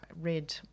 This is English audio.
red